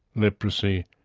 leprosy,